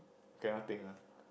cannot think ah